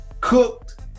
cooked